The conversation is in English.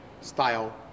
style